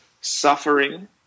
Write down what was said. suffering